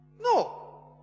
No